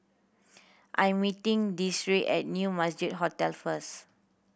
I am meeting Desiree at New Majestic Hotel first